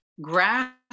grass